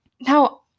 Now